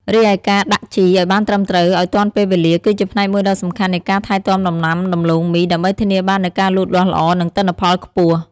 រីឯការដាក់ជីឱ្យបានត្រឹមត្រូវ និងទាន់ពេលវេលា គឺជាផ្នែកមួយដ៏សំខាន់នៃការថែទាំដំណាំដំឡូងមី ដើម្បីធានាបាននូវការលូតលាស់ល្អ និងទិន្នផលខ្ពស់។